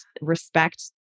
respect